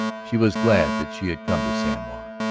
she was glad that she had come to san juan.